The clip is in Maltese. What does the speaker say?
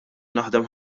naħdem